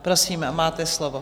Prosím, máte slovo.